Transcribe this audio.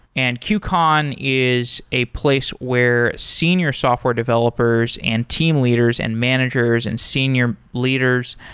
and qcon is a place where senior software developers and team leaders and managers and senior leaders,